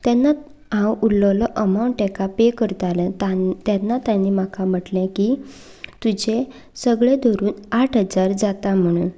तेन्ना हांव उरललो एमावंट ताका पे करतालें तेन्ना तांणी म्हाका म्हटलें की तुजे सगले धरून आठ हजार जाता म्हणून